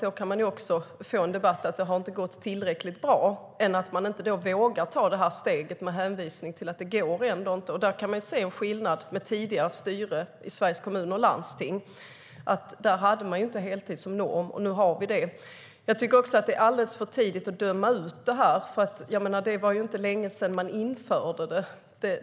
Då kan det bli en debatt om att det inte har gått tillräckligt bra i stället för att man inte vågar ta steget med hänvisning till att det inte går. Där kan man se en skillnad om man jämför med tidigare styre i Sveriges Kommuner och Landsting: Då hade man inte heltid som norm, och nu har vi det. Jag tycker också att det är alldeles för tidigt att döma ut det här. Det var ju inte länge sedan man införde det.